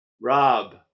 Rob